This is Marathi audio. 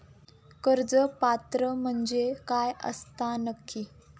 कर्ज पात्र म्हणजे काय असता नक्की?